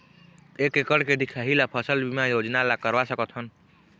एक एकड़ के दिखाही ला फसल बीमा योजना ला करवा सकथन?